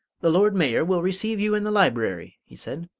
the lord mayor will receive you in the library, he said.